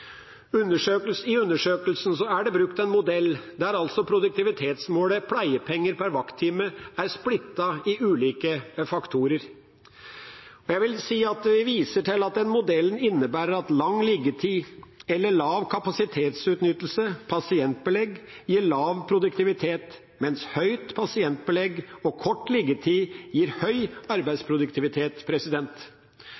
en modell der altså produktivitetsmålet pleiepoeng per vakttime er splittet i ulike faktorer. Vi viser til at modellen innebærer at lang liggetid eller lav kapasitetsutnyttelse, pasientbelegg gir lav produktivitet, mens høyt pasientbelegg og kort liggetid gir høy